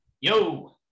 yo